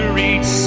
reach